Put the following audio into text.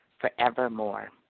forevermore